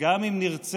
וגם אם נרצה,